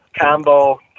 combo